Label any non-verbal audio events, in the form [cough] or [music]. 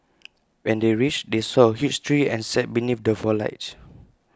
[noise] when they reached they saw A huge tree and sat beneath the foliage